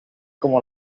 como